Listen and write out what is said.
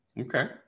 Okay